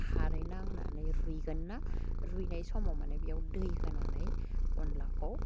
खारै नांनानै रुइगोन्ना रुइनाय समाव माने बेयाव दै होनानै अनलाखौ